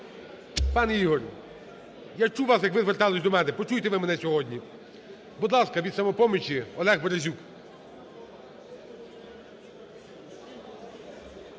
Пане Ігор, я чув вас, як ви звертались до мене, почуйте ви мене сьогодні. Будь ласка, від "Самопомочі" Олег Березюк.